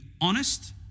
honest